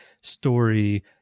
story